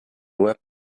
web